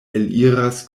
eliras